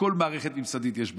בכל מערכת ממסדית יש בעיות.